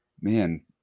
man